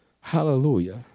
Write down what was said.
Hallelujah